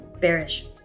bearish